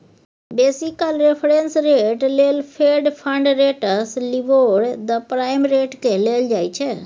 बेसी काल reference rate लेल fed fund rates, LIBOR, the prime रेटकेँ लेल जाइ छै